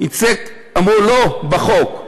אמרו: לא, בחוק.